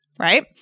right